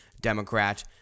Democrat